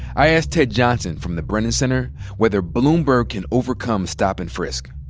i asked ted johnson from the brennan center whether bloomberg can overcome stop and frisk.